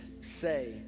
say